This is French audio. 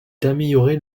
d’améliorer